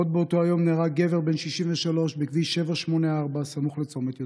עוד באותו יום נהרג גבר בן 63 בכביש 784 סמוך לצומת יודפת.